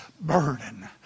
burden